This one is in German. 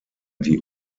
die